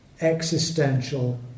existential